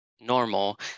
normal